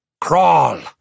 Crawl